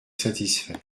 satisfaits